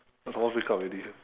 then some more breakup already